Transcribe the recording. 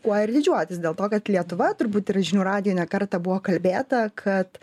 kuo ir didžiuotis dėl to kad lietuva turbūt ir žinių radijuj ne kartą buvo kalbėta kad